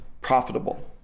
profitable